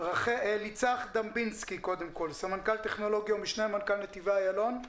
אליצח דמבינסקי סמנכ"ל טכנולוגיה ומשנה למנכ"ל נתיבי איילון בבקשה.